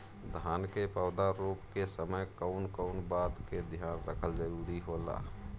धान के पौधा रोप के समय कउन कउन बात के ध्यान रखल जरूरी होला?